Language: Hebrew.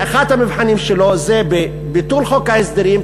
אחד המבחנים שלו זה בביטול חוק ההסדרים,